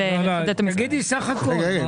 לא, תגידי סך הכול.